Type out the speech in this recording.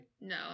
No